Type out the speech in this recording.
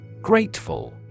Grateful